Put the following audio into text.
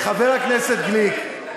חבר הכנסת גליק,